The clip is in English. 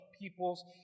peoples